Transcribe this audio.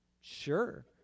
Sure